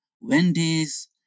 Wendy's